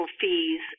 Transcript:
fees